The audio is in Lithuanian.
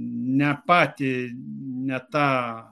ne patį ne tą